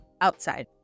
outside